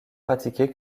pratiquée